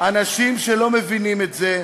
אנשים שלא מבינים את זה,